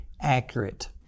accurate